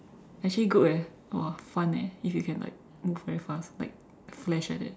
actually good eh !wah! fun eh if you can like move very fast like flash like that